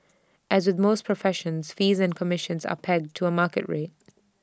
as with most professions fees and commissions are pegged to A market rate